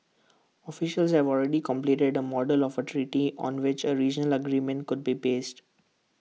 officials have already completed A model of A treaty on which A regional agreement could be based